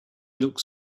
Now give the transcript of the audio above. looks